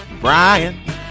Brian